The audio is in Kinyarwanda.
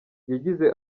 yagize